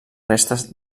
restes